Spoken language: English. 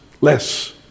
Less